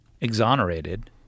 exonerated